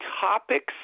topics